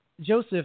Joseph